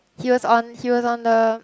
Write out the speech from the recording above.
he was on he was on the